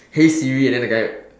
hey Siri and then the guy